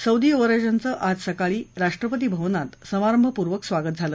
Saudi युवराजांचं आज सकाळी राष्ट्रपती भवनात समारंभपूर्वक स्वागत झालं